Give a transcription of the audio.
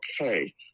okay